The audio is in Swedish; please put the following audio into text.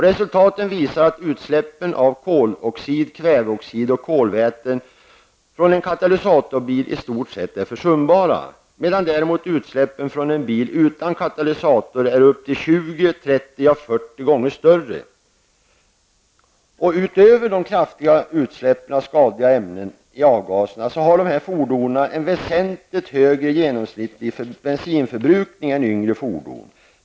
Resultaten visar att utsläppen av koloxid, kväveoxid och kolväten från en katalysatorbil i stort sett är försumbara, medan däremot utsläppen från en bil utan katalysator är upp till 20, 30 och 40 gånger större. Utöver de kraftiga utsläppen av skadliga ämnen i avgaserna har dessa fordon en väsentligt högre genomsnittlig bensinförbrukning än yngre fordon.